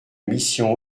mission